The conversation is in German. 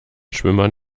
schwimmern